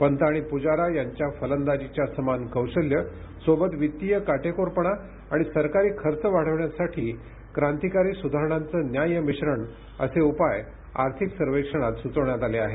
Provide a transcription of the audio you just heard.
पंत आणि पुजारा यांच्या फलंदाजीच्या समान कौशल्य सोबत वित्तीय काटेकोरपणा आणि सरकारी खर्च वाढविण्यासाठी क्रांतिकारी सुधारणांचं न्याय्य मिश्रण असे उपाय आर्थिक सर्वेक्षणात सुचवण्यात आले आहेत